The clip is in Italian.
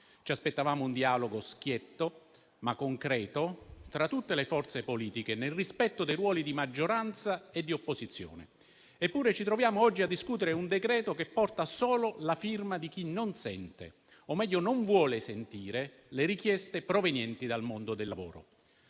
Ci aspettavamo un dialogo schietto, ma concreto tra tutte le forze politiche, nel rispetto dei ruoli di maggioranza e di opposizione. Eppure ci troviamo oggi a discutere un provvedimento che porta solo la firma di chi non sente o meglio non vuole sentire le richieste provenienti dal mondo del lavoro.